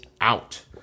out